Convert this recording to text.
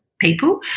people